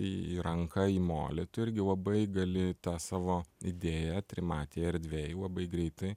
į ranką į molį tu irgi labai gali tą savo idėją trimatėj erdvėj labai greitai